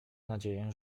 nadzieję